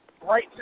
right